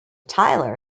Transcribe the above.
tyler